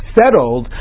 settled